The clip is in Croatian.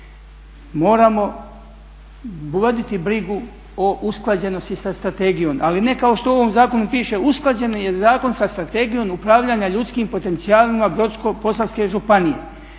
Moramo voditi brigu o usklađenosti sa strategijom, ali ne kao što u ovom zakonu piše usklađeni je Zakon sa strategijom upravljanja ljudskim potencijalima Brodsko-posavske županije.